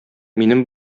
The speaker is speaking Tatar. минем